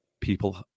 people